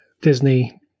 Disney